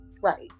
right